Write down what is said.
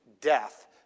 death